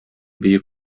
бөек